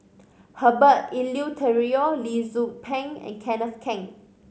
Herbert Eleuterio Lee Tzu Pheng and Kenneth Keng